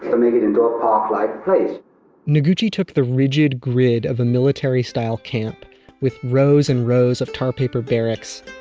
um and indoor park like place noguchi took the rigid grid of a military style camp with rows and rows of tarpaper barracks,